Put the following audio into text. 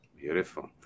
Beautiful